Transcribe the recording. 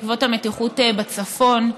בעקבות המתיחות בצפון.